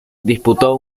disputó